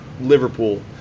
Liverpool